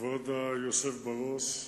כבוד היושב בראש,